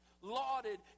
lauded